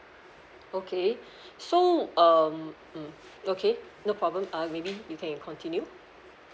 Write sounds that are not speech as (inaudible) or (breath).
okay (breath) so um mm okay no problem uh maybe you can continue